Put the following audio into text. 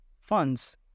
funds